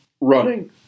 running